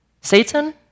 Satan